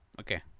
Okay